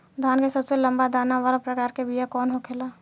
धान के सबसे लंबा दाना वाला प्रकार के बीया कौन होखेला?